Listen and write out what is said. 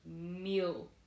meal